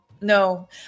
No